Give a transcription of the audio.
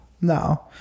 no